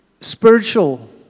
spiritual